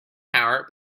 power